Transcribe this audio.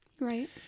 Right